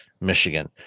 Michigan